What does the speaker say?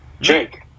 Jake